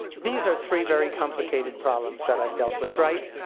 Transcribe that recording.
these are three very complicated problems that i've dealt with, right,